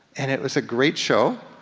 and it was a great show,